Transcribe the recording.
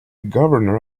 governor